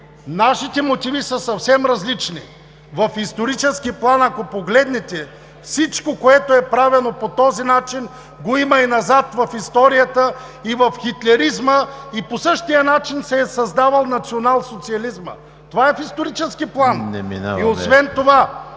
Нашите мотиви са съвсем различни. В исторически план, ако погледнете, всичко, което е правено по този начин, го има и назад в историята и в хитлеризма, и по същия начин се е създавал националсоциализмът. Това е в исторически план. (Силен шум